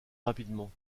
rapidement